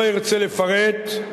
לא ארצה לפרט,